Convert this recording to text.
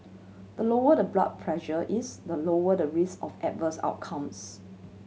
the lower the blood pressure is the lower the risk of adverse outcomes